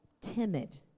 timid